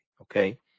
Okay